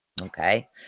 Okay